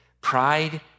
pride